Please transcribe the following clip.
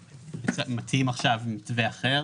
מציעים עכשיו מתווה אחר